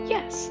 Yes